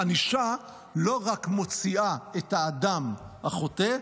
ענישה לא רק מוציאה את האדם החוטא,